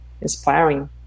inspiring